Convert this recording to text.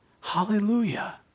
Hallelujah